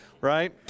right